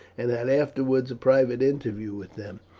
and had afterwards a private interview with them.